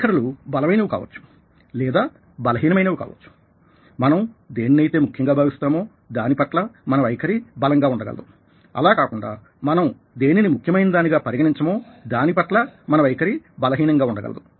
వైఖరులు బలమైనవి కావచ్చు లేదా బలహీనమైన కావచ్చు మనం దేనినైతే ముఖ్యంగా భావిస్తామో దాని పట్ల మన వైఖరి బలంగా ఉండగలదు అలా కాకుండా మనం దేనిని ముఖ్యమైన దానిగా పరిగణించమో దాని పట్ల మన వైఖరి బలహీనంగా ఉండగలదు